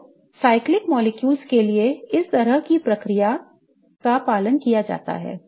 तो चक्रीय अणुओं के लिए इस तरह की प्रक्रिया का पालन किया जाता है